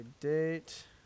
date